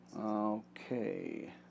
Okay